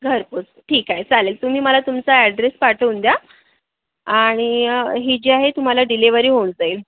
घरपोच ठीक आहे चालेल तुम्ही मला तुमचा ॲड्रेस पाठवून द्या आणि ही जी आहे तुम्हाला डिलेव्हरी होऊन जाईल